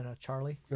Charlie